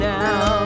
now